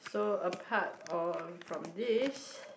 so apart or from this